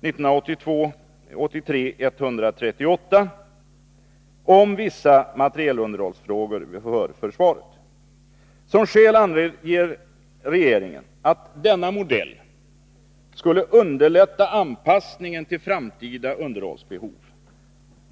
1982/83:138 om vissa materielunderhållsfrågor för försvaret. Som skäl anger regeringen att FMV:s modell skulle underlätta anpassningen till framtida underhållsbehov.